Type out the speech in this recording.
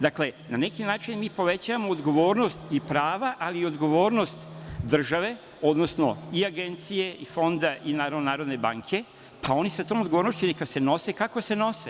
Dakle, na neki način, mi povećavamo odgovornost i prava, ali i odgovornost države, odnosno i Agencije i Fonda i naravno Narodne banke, pa oni sa tom odgovornošću neka se nose kako se nose.